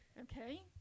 Okay